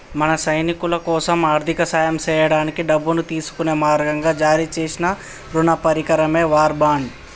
మన సైనికులకోసం ఆర్థిక సాయం సేయడానికి డబ్బును తీసుకునే మార్గంగా జారీ సేసిన రుణ పరికరమే వార్ బాండ్